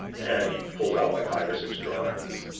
and he pulls out like five or six drawings.